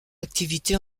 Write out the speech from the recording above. activité